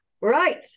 Right